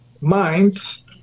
minds